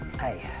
Hey